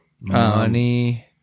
money